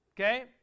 okay